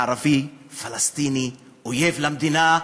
ערבי פלסטיני אויב למדינה.